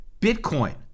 Bitcoin